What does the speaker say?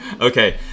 Okay